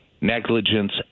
negligence